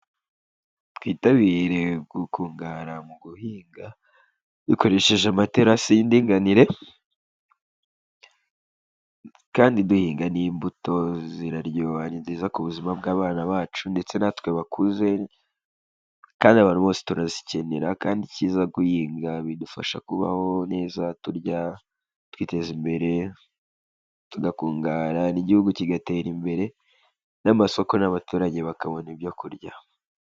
Twitabire gukungahara mu guhinga, dukoresheje amaterasi y'indinganire kandi duhinga ni imbuto ziraryoha ni nziza ku buzima bw'abana bacu ndetse na twe bakuze, kandi abantu bose turazikenera, kandi ikiza guhinga bidufasha kubaho neza turya, twiteza imbere, tugakunga n'igihugu kigatera imbere n'amasoko n'abaturage bakabona ibyo kurya.